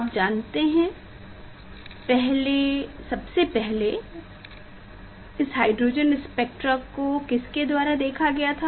आप जानते हैं कि सबसे पहले इस हाइड्रोजन स्पेक्ट्रा को किसके द्वारा देखा गया था